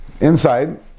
Inside